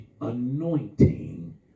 anointing